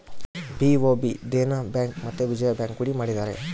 BOB Dena bank ಮತ್ತೆ Vijaya bank ಕೂಡಿ ಮಾಡಿದರೆ